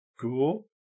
cool